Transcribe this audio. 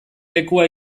lekua